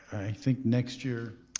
think next year,